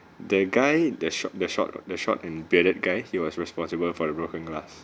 the guy the short the short the short and bearded guy he was responsible for the broken glass